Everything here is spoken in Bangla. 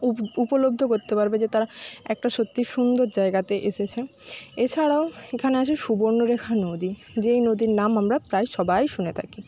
উপলব্ধ করতে পারবে যে তারা একটা সত্যি সুন্দর জায়গাতে এসেছে এছাড়াও এখানে আছে সুবর্ণরেখা নদী যেই নদীর নাম আমরা প্রায় সবাই শুনে থাকি